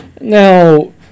Now